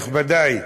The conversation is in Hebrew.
נכבדיי,